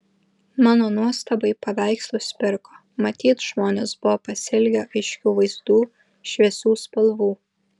mano nuostabai paveikslus pirko matyt žmonės buvo pasiilgę aiškių vaizdų šviesių spalvų